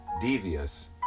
devious